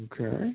Okay